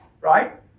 right